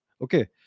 Okay